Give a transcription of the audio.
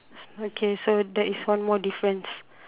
okay so that is one more difference